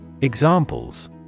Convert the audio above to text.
Examples